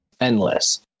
endless